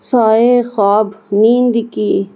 سائے خواب نیند کی